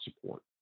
support